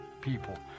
people